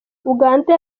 uganda